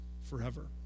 forever